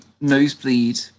nosebleed